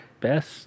Best